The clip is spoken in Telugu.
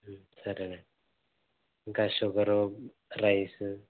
సరే నండి ఇంకా షుగరు రైసు